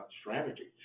strategies